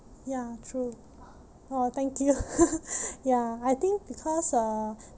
ya true orh thank you ya I think because uh